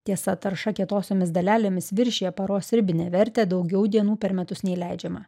tiesa tarša kietosiomis dalelėmis viršija paros ribinė vertė daugiau dienų per metus nei leidžiama